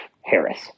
Harris